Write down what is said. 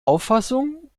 auffassung